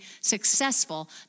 successful